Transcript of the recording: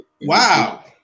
Wow